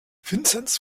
vinzenz